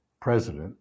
president